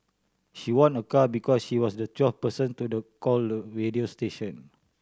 she won a car because she was the twelfth person to the caller radio station